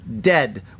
dead